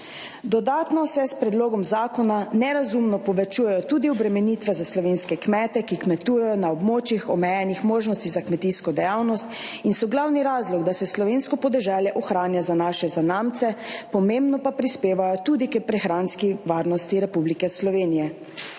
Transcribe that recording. Dodatno se s predlogom zakona nerazumno povečujejo tudi obremenitve za slovenske kmete, ki kmetujejo na območjih omejenih možnosti za kmetijsko dejavnost in so glavni razlog, da se slovensko podeželje ohranja za naše zanamce, pomembno pa prispevajo tudi k prehranski varnosti Republike Slovenije.